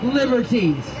liberties